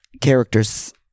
Character's